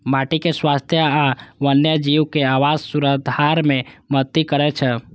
माटिक स्वास्थ्य आ वन्यजीवक आवास सुधार मे मदति करै छै